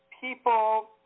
people